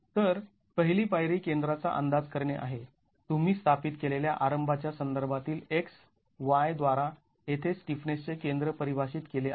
तर पहिली पायरी केंद्रांचा अंदाज करणे आहे तुम्ही स्थापित केलेल्या आरंभाच्या संदर्भातील x y द्वारा येथे स्टिफनेसचे केंद्र परिभाषित केले आहे